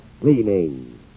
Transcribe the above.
cleaning